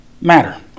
matter